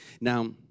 Now